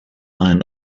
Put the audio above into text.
iron